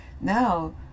Now